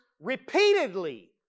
repeatedly